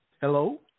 Hello